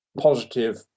positive